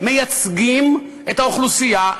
מייצגים את האוכלוסייה,